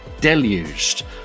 deluged